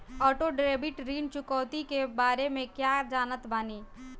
Auto debit ऋण चुकौती के बारे में कया जानत बानी?